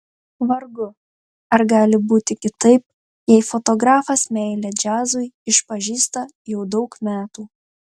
vargu ar gali būti kitaip jei fotografas meilę džiazui išpažįsta jau daug metų